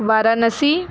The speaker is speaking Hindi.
वाराणसी